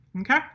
Okay